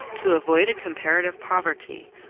to avoid a comparative poverty,